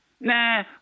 Nah